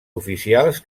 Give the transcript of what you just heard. oficials